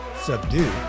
subdue